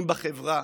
אם בחברה.